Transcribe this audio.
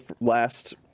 last